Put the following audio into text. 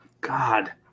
god